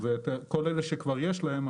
וכל אלה שכבר יש להם,